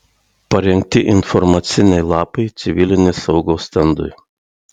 parengti informaciniai lapai civilinės saugos stendui